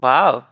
Wow